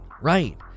right